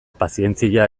pazientzia